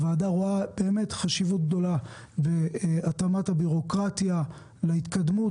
הוועדה רואה חשיבות גדולה בהתאמת הבירוקרטיה להתקדמות